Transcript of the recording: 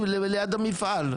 ליד המפעל.